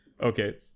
okay